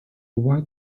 white